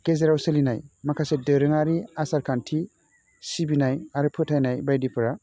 गेजेराव सोलिनाय माखासे दोरोङारि आसारखान्थि सिबिनाय आरो फोथायनाय बायदिफोरा